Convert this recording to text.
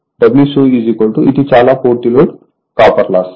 Wc ఇది చాలా పూర్తి లోడ్ కాపర్ లాస్